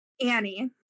Annie